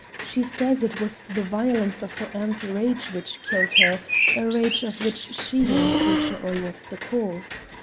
she says it was the violence of her aunt's rage which killed her a rage of which she unfortunately was the cause.